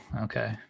okay